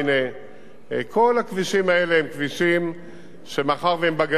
כל הכבישים האלה הם כבישים שמאחר שהם בגליל הם ודאי